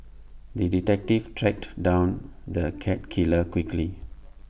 the detective tracked down the cat killer quickly